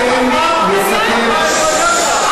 חושב שמי שקם להגן על התנהגות כזאת צריך לפשפש במעשיו.